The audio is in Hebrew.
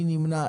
מי נמנע?